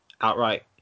Outright